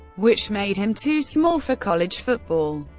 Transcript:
which made him too small for college football.